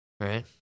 right